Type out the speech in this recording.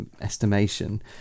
estimation